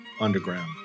Underground